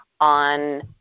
on